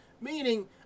meaning